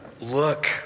look